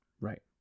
Right